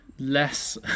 Less